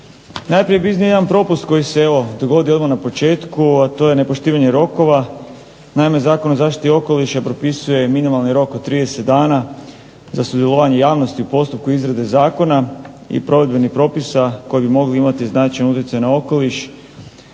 Najprije bih iznio jedan propust koji se evo dogodio odmah na početku, a to je nepoštivanje rokova. Naime, Zakon o zaštiti okoliša propisuje minimalni rok od 30 dana za sudjelovanje javnosti u postupku izrade zakona i provedbenih propisa koji bi mogli imati značajan utjecaj na okoliš.